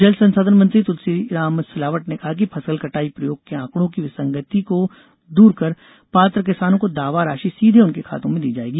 जल संसाधन मंत्री तुलसीराम सिलावट ने कहा कि फसल कटाई प्रयोग के आंकड़ों की विसंगति की दूर कर पात्र किसानों को दावा राषि सीधे उनके खाते में दी जाएगी